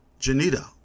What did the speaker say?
Janita